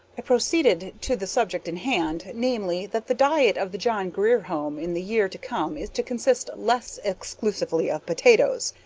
i proceeded to the subject in hand, namely, that the diet of the john grier home in the year to come is to consist less exclusively of potatoes.